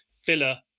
filler